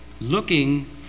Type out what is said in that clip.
Looking